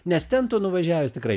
nes ten tu nuvažiavęs tikrai ne